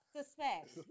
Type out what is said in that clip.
Suspect